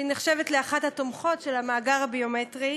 הנחשבת אחת התומכות של המאגר הביומטרי,